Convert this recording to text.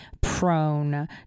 prone